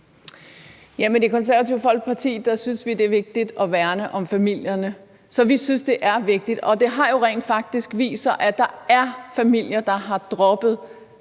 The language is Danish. Konservative Folkeparti synes vi, det er vigtigt at værne om familierne, så vi synes, det er vigtigt. Det har jo rent faktisk vist sig, at der er familier, der har droppet